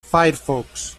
firefox